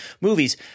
movies